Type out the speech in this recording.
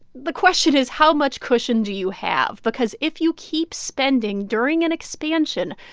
the question is, how much cushion do you have? because if you keep spending during an expansion,